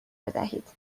بدهید